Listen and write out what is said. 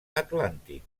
atlàntic